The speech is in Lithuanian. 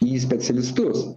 į specialistus